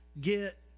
get